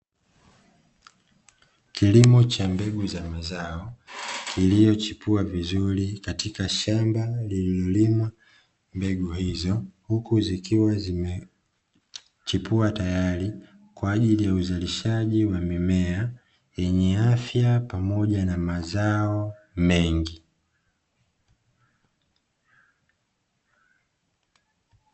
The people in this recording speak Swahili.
Kilimo cha mbegu za mazao kilichochipua vizuri katika shamba lililolimwa mbegu hizo, huku zikiwa zimechipua tayari kwa ajili ya uzalishaji wa mimea yenye afya pamoja na mazao mengi.